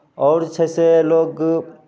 आओर जे छै से लोग